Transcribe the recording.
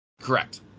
Correct